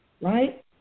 right